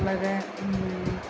വളരെ